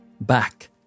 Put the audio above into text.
Back